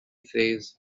phase